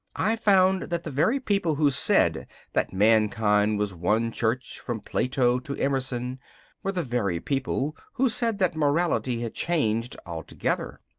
i found that the very people who said that mankind was one church from plato to emerson were the very people who said that morality had changed altogether,